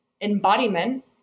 embodiment